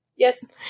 Yes